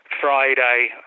Friday